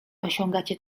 osiągacie